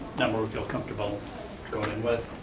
not where we feel comfortable going in with.